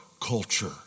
culture